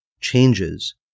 changes